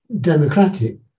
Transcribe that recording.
democratic